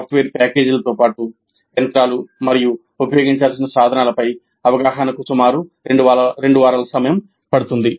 software ప్యాకేజీలతో పాటు యంత్రాలు మరియు ఉపయోగించాల్సిన సాధనాల పై అవగాహన కు సుమారు రెండు వారాలు సమయం పడుతుంది